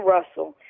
Russell